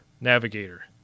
Navigator